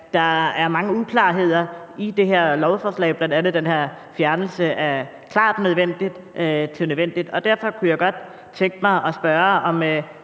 der er mange uklarheder i det her lovforslag, bl.a. den her ændring af »klart nødvendigt« til »nødvendigt«. Derfor kunne jeg godt tænke mig at spørge, om